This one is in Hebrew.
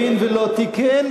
הבין ולא תיקן,